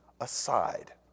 aside